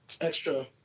extra